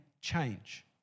change